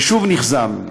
ושוב נכזבנו,